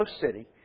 city